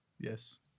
Yes